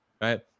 right